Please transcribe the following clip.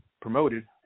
promoted